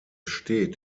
steht